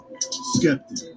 skeptic